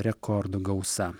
rekordų gausa